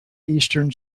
eastern